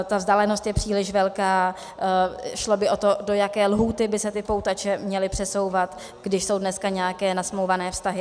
Ta vzdálenost je příliš velká, šlo by o to, do jaké lhůty by se ty poutače měly přesouvat, když jsou dneska nějaké nasmlouvané vztahy atd.